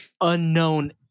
unknown